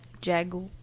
Jaguar